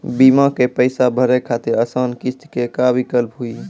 बीमा के पैसा भरे खातिर आसान किस्त के का विकल्प हुई?